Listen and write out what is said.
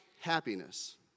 happiness